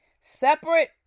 Separate